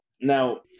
now